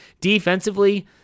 Defensively